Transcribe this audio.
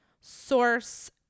source